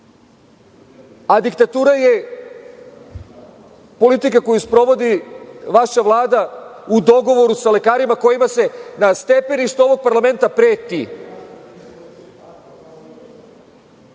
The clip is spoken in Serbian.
a diktatura je politika koju sprovodi vaša Vlada u dogovoru sa lekarima kojima se na stepeništu ovog parlamenta preti.